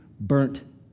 burnt